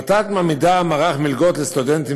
ות"ת מעמידה מערך מלגות לסטודנטים